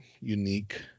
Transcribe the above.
unique